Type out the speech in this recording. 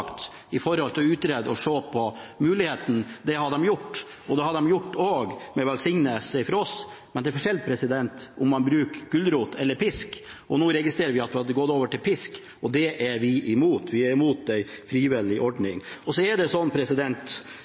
å utrede og se på muligheten. Det har de gjort, også med velsignelse fra oss. Men det er forskjell på om man bruker gulrot eller pisk. Nå registrerer vi at man har gått over til pisk, og det er vi imot. Det skal være en frivillig ordning. Og uansett hva Sanner prøver å si, må Nordland fylke ned 282 mill. kr i 2020 hvis ikke noe annet skjer. Så må det